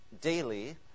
daily